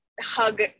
hug